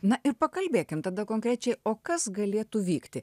na ir pakalbėkime tada konkrečiai o kas galėtų vykti